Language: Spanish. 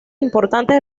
importantes